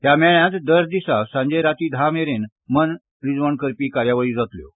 ह्या मेळ्यात दर दिसा सांजे राती धा मेरेन मनरिजवण करपी कार्यावळी जातल्यो